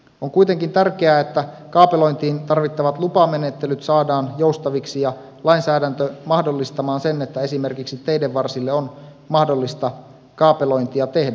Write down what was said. on kuitenkin tärkeää että kaapelointiin tarvittavat lupamenettelyt saadaan joustaviksi ja lainsäädäntö mahdollistamaan sen että esimerkiksi teiden varsille on mahdollista kaapelointia tehdä